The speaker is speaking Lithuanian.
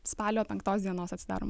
spalio penktos dienos atsidarom